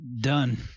done